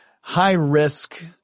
high-risk